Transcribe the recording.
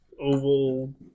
oval